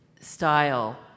style